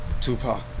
Tupac